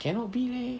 cannot be leh